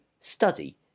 study